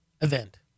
event